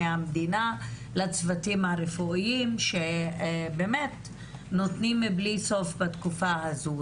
מהמדינה לצוותים הרפואיים שבאמת נותנים בלי סוף בתקופה הזו.